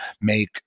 make